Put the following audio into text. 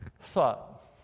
thought